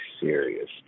serious